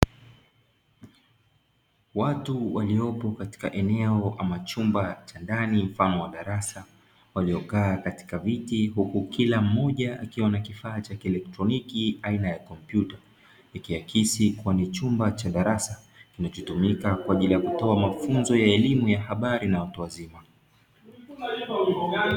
Watu waliopo katika eneo ama chumba cha ndani mfano wa darasa, waliokaa katika viti huku kila mmoja akiwa na kifaa cha kielektroniki aina ya kompyuta ikiakisi kuwa ni chumba cha darasa kinachotumika kwa ajili ya kutoa mafunzo ya elimu ya habari na watu wazima.